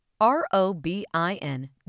r-o-b-i-n